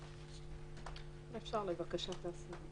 אפשר לבקשת העצור.